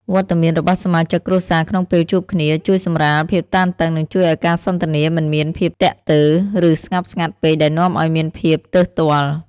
វត្តមានរបស់សមាជិកគ្រួសារក្នុងពេលជួបគ្នា ជួយសម្រាលភាពតានតឹង និងជួយឱ្យការសន្ទនាមិនមានភាពទាក់ទើរ ឬស្ងប់ស្ងាត់ពេកដែលនាំឱ្យមានភាពទើសទាល់។